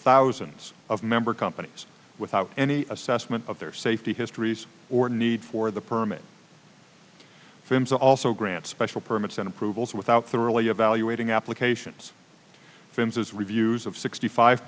thousands of member companies without any assessment of their safety histories or need for the permit fims also grants special permits and approvals without the really evaluating applications finn's is reviews of sixty five